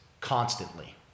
constantly